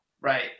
Right